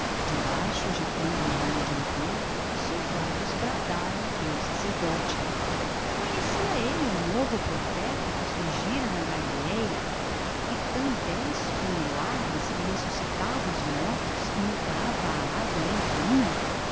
debaixo agitando um ramo de oliveira os soldados bradaram pelo sacerdote conhecia ele um novo profeta que surgira na galileia e tão destro em milagres que ressuscitava os mortos e mudava a água em vinho